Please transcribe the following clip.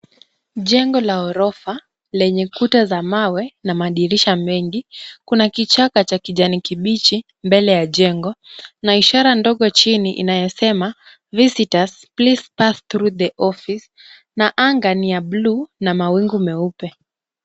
Jengo la ghorofa lenye kuta za mawe na madirisha mengi. Kuna kichaka cha kijani kibichi mbele ya jengo na ishara ndogo chini inayosema visitors please pass through the office na anga ni ya blue na mawingu meupe.